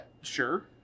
Sure